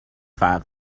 فرق